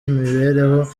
imibereho